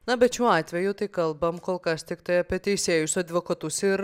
na bet šiuo atveju tai kalbam kol kas tiktai apie teisėjus advokatus ir